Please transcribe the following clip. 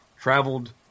traveled